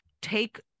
Take